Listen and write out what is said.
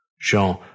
Jean